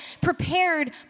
prepared